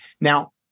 Now